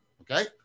Okay